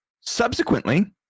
Subsequently